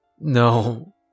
No